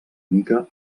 mica